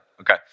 Okay